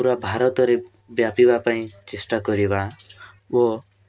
ପୁରା ଭାରତରେ ବ୍ୟାପିବା ପାଇଁ ଚେଷ୍ଟା କରିବା ଓ